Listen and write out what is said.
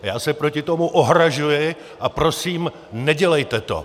A já se proti tomu ohrazuji a prosím, nedělejte to!